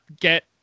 get